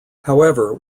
however